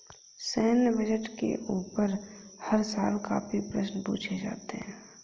सैन्य बजट के ऊपर हर साल काफी प्रश्न पूछे जाते हैं